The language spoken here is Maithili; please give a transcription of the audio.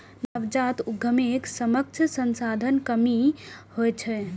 नवजात उद्यमीक समक्ष संसाधनक कमी होइत छैक